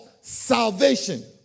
salvation